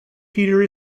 peter